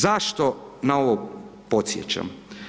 Zašto na ovo podsjećam?